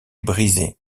brisées